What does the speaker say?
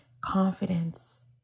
confidence